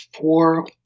four